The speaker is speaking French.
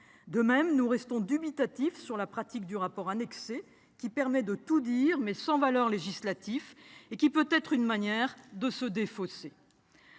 De même, nous restons dubitatifs sur la pratique du rapport annexé, qui permet de tout dire, mais qui n'a aucune valeur législative et qui peut être une manière de se défausser.